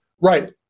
right